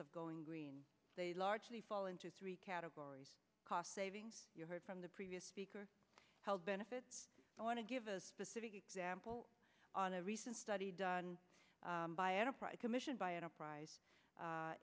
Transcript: of going green they largely fall into three categories cost savings you heard from the previous speaker health benefits i want to give a specific example on a recent study done by an upright commissioned by an upris